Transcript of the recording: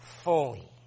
Fully